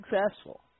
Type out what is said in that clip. successful